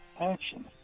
action